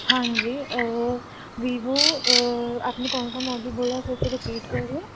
हाँ जी वीवो आपने कौन कौन अभी बोला फिर से रिपीट करिए